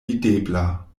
videbla